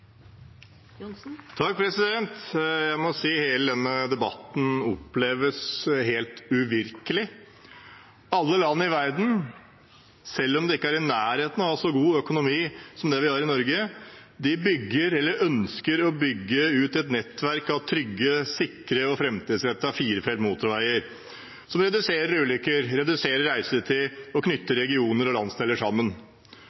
Jeg må si at hele denne debatten oppleves helt uvirkelig. Alle land i verden, selv om de ikke er i nærheten av å ha så god økonomi som det vi har i Norge, bygger – eller ønsker å bygge – ut et nettverk av trygge, sikre og framtidsrettede firefelts motorveier, som reduserer ulykker, reduserer reisetid og